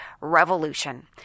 revolution